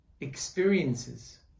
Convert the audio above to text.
experiences